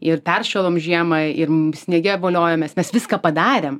ir peršalom žiemą ir sniege voliojomės mes viską padarėm